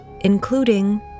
including